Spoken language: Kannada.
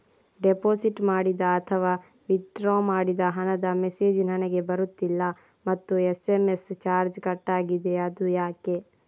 ಡೆಪೋಸಿಟ್ ಮಾಡಿದ ಅಥವಾ ವಿಥ್ಡ್ರಾ ಮಾಡಿದ ಹಣದ ಮೆಸೇಜ್ ನನಗೆ ಬರುತ್ತಿಲ್ಲ ಮತ್ತು ಎಸ್.ಎಂ.ಎಸ್ ಚಾರ್ಜ್ ಕಟ್ಟಾಗಿದೆ ಅದು ಯಾಕೆ?